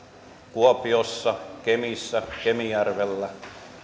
kuopiossa kemissä kemijärvellä